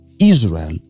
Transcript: Israel